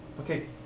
Okay